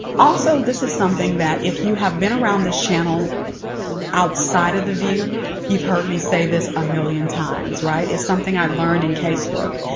also, this is something that if you have been around this channel outside of the view you've heard me say this a million times, right? it's something i learned in casework.